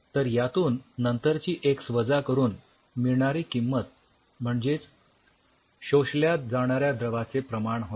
तर यातून नंतरची एक्स वजा करून मिळणारी किंमत म्हणजेच शोषल्या जाणाऱ्या द्रवाचे प्रमाण होय